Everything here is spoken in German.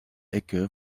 ecke